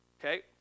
okay